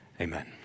Amen